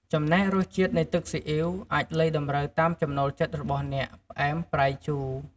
ចំណែករសជាតិនៃទឹកស៊ីអុីវ អាចលៃតម្រូវតាមចំណូលចិត្តរបស់អ្នក ផ្អែម ប្រៃ ជូរ។